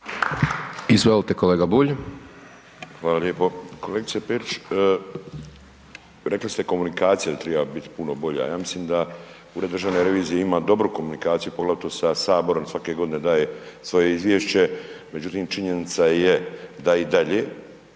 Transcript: Miro (MOST)** Hvala lijepo. Kolegice Perić, rekli ste komunikacija da treba biti puno bolja, ja mislim da Ured državne revizije ima dobru komunikaciju poglavito sa Saborom svake godine daje svoje izvješće, međutim činjenica je da i dalje,